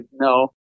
No